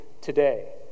today